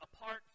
apart